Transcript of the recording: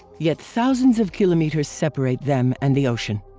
yet thousands of kilometers separate them and the oceans.